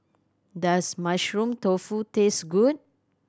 does Mushroom Tofu taste good